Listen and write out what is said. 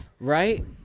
Right